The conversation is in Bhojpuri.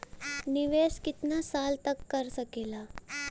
निवेश कितना साल तक कर सकीला?